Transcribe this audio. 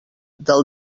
del